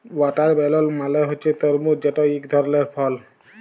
watermelon মালে হছে তরমুজ যেট ইক ধরলের ফল